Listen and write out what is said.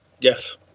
Yes